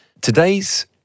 Today's